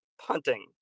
punting